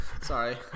Sorry